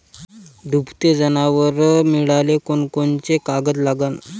दुभते जनावरं मिळाले कोनकोनचे कागद लागन?